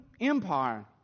Empire